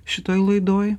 šitoj laidoj